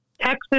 Texas